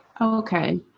Okay